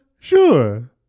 sure